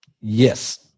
Yes